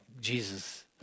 Jesus